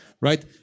Right